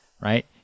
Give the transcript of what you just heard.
right